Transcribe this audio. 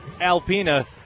Alpina